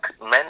men